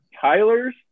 Tyler's